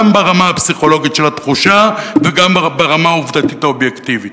גם ברמה הפסיכולוגית של התחושה וגם ברמה העובדתית האובייקטיבית.